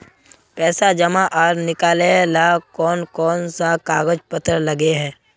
पैसा जमा आर निकाले ला कोन कोन सा कागज पत्र लगे है?